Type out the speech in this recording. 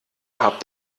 habt